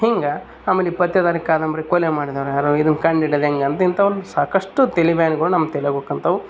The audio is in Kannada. ಹಿಂಗೆ ಆಮೇಲೆ ಈ ಪತ್ತೇದಾರಿ ಕಾದಂಬರಿ ಕೊಲೆ ಮಾಡಿದೋರು ಯಾರು ಇದನ್ನು ಕಂಡು ಹಿಡಿಯೋದೆಂಗ ಸಾಕಷ್ಟು ತಲಿಬ್ಯಾನಿಗಳ್ ನಮ್ಮ ತಲಿಯಾಗ್ ಉಳ್ಕೊಂತವ್